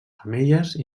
femelles